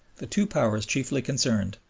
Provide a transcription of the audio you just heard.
the two powers chiefly concerned,